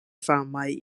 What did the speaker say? famaj